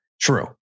True